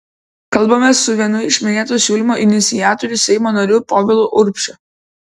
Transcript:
kalbamės su vienu iš minėto siūlymo iniciatorių seimo nariu povilu urbšiu